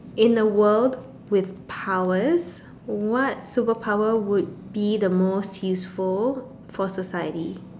in a world with powers what superpower would be the most peaceful for society